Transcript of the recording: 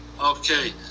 Okay